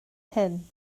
hyn